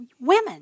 women